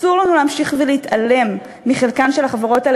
אסור לנו להמשיך ולהתעלם מחלקן של החברות האלה